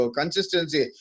consistency